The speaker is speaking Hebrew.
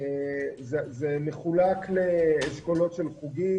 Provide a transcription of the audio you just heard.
זה מחולק לאשכולות של חוגים,